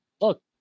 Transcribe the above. look